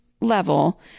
level